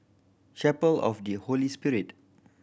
Chapel of the Holy Spirit